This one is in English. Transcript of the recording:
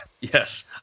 yes